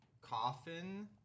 Coffin